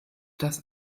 das